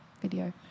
video